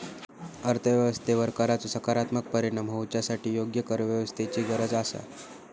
अर्थ व्यवस्थेवर कराचो सकारात्मक परिणाम होवच्यासाठी योग्य करव्यवस्थेची गरज आसा